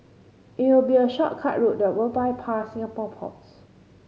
it will be a shortcut route that will bypass Singapore ports